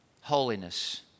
holiness